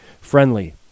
friendly